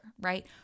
right